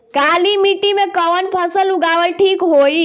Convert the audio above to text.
काली मिट्टी में कवन फसल उगावल ठीक होई?